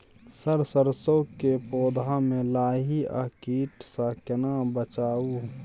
Sir सरसो के पौधा में लाही आ कीट स केना बचाऊ?